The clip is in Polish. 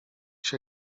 się